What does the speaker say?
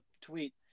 tweet